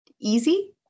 easy